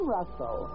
Russell